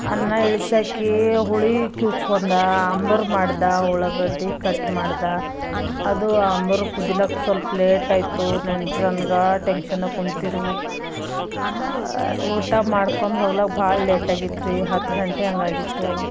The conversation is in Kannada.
ಅನ್ನ ಇಳಿಸಕ್ಕೀ ಹುಳಿ ಕಿವುಚ್ಕೊಂಡು ಅಂಬೂರು ಮಾಡಿದ ಉಳ್ಳಾಗಡ್ಡಿ ಕಟ್ ಮಾಡಿದ ಅದು ಅಂಬೂರು ಕುದಿಲಕ್ ಸ್ವಲ್ಪ ಲೇಟಾಯಿತು ನೆಂಟ್ರು ಅನ್ಗಾ ಟೆಂಕ್ಷನಾಗ ಕೂತಿರು ಊಟ ಮಾಡ್ಕೊಂಡು ಭಾಳ ಲೇಟಾಗಿತ್ರೀ ಹತ್ತು ಗಂಟೆ ಹಾಗಾಗಿತ್ತು